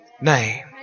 name